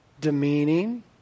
demeaning